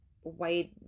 white